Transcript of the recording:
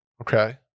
Okay